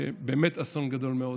באמת אסון גדול מאוד.